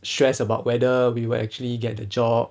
stressed about whether we will actually get the job